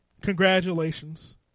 congratulations